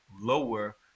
lower